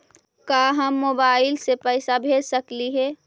का हम मोबाईल से पैसा भेज सकली हे?